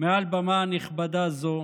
מעל במה נכבדה זו